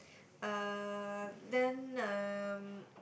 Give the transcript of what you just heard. uh then uh